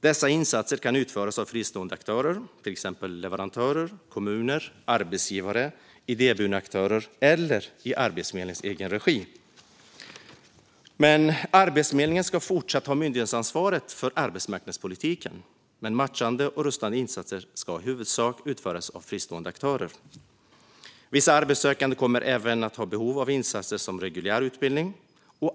Dessa insatser kan utföras av fristående aktörer, till exempel leverantörer, kommuner, arbetsgivare och idéburna aktörer, eller i Arbetsförmedlingens egen regi. Arbetsförmedlingen ska fortsatt ha myndighetsansvaret för arbetsmarknadspolitiken, men matchande och rustande insatser ska i huvudsak utföras av fristående aktörer. Vissa arbetssökande kommer även att ha behov av insatser som reguljär utbildning.